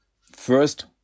First